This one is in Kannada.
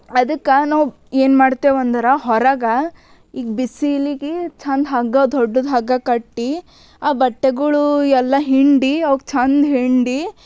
ಅದಕ್ಕೆ ನಾವು ಏನು ಮಾಡ್ತೇವೆ ಅಂದ್ರೆ ಹೊರಗೆ ಈಗ ಬಿಸಿಲಿಗೆ ಚೆಂದ ಹಗ್ಗ ದೊಡ್ಡದು ಹಗ್ಗ ಕಟ್ಟಿ ಆ ಬಟ್ಟೆಗಳು ಎಲ್ಲ ಹಿಂಡಿ ಅವು ಚೆಂದ ಹಿಂಡಿ